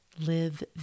live